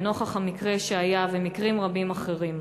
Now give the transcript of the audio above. לנוכח המקרה שהיה ומקרים רבים אחרים,